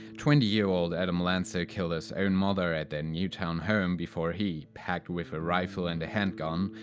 twenty year old adam lanza killed his own mother at their newtown home before he, packed with a rifle and a handgun,